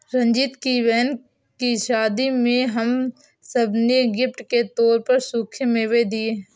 रंजीत की बहन की शादी में हम सब ने गिफ्ट के तौर पर सूखे मेवे दिए